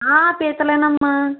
పీతలేనమ్మా